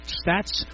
stats